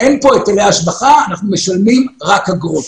אין פה היטלי השבחה אנחנו משלמים רק אגרות.